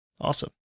Awesome